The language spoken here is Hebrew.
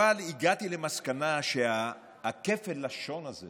אבל הגעתי למסקנה שכפל הלשון הזה